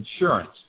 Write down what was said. insurance